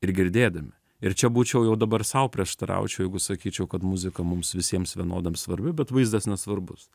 ir girdėdami ir čia būčiau jau dabar sau prieštaraučiau jeigu sakyčiau kad muzika mums visiems vienodam svarbi bet vaizdas nesvarbus